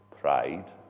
pride